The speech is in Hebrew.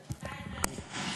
מתי זה היה?